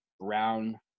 brown